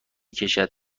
کشد